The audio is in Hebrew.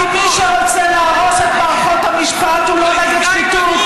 כי מי שרוצה להרוס את מערכות המשפט הוא לא נגד שחיתות,